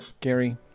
Gary